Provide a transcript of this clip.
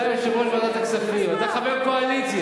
אתה יושב-ראש ועדת הכספים, אתה חבר הקואליציה.